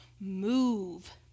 move